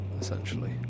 essentially